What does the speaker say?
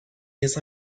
نیز